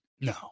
No